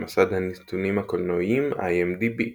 במסד הנתונים הקולנועיים IMDb "המילטון",